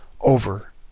over